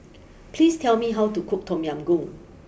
please tell me how to cook Tom Yam Goong